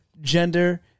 gender